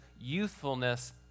youthfulness